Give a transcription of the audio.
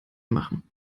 machen